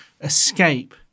escape